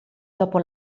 dopo